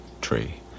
tree